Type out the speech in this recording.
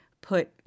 put